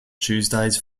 tuesdays